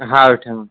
हो ठेवा